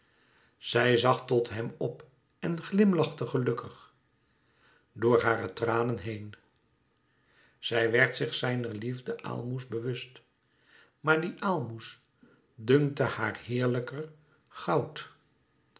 zij zag tot hem op en glimlachte gelukkig door hare tranen heen zij werd zich zijner liefde aalmoes bewust maar die aalmoes dunkte haar heerlijker goud